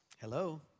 Hello